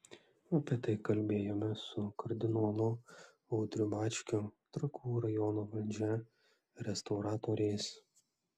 apie tai kalbėjomės su kardinolu audriu bačkiu trakų rajono valdžia restauratoriais